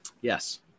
Yes